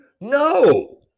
No